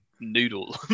Noodle